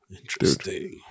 Interesting